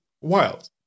wild